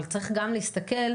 צריך גם להסתכל,